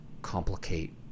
complicate